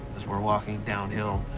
as we're walking downhill,